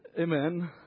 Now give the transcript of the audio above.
Amen